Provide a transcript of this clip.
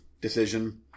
decision